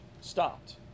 stopped